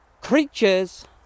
creatures